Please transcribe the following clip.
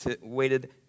waited